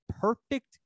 perfect